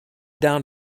down